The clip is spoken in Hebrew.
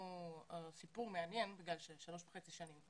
שכאן הסיפור מעניין בגלל שאנחנו כאן שלוש וחצי שנים.